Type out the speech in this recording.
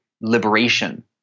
liberation